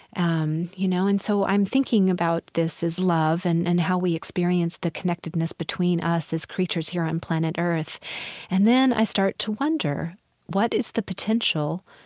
um you know and so i'm thinking about this as love and and how we experience the connectedness between us as creatures here on planet earth and then i start to wonder what is the potential